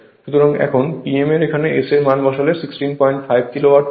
সুতরাং এখন Pm এর এখানে S এর মান বসালে 165 কিলোওয়াট পাবেন